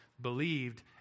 believed